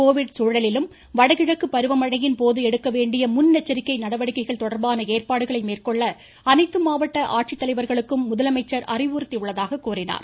Covid சூழலிலும் வடகிழக்கு பருவமழையின்போது எடுக்க வேண்டிய முன்னெச்சரிக்கை நடவடிக்கைகள் தொடர்பான ஏற்பாடுகளை மேற்கொள்ள அனைத்து மாவட்ட ஆட்சித்தலைவர்களுக்கும் முதலமைச்சர் அறிவுறுத்தியுள்ளதாகவும் கூறினார்